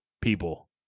people